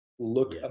look